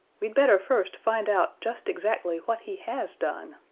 we'd better first find out just exactly what he has done.